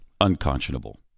Unconscionable